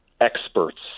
experts